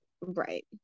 right